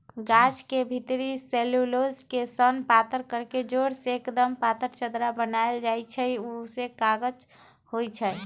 गाछ के भितरी सेल्यूलोस के सन पातर कके जोर के एक्दम पातर चदरा बनाएल जाइ छइ उहे कागज होइ छइ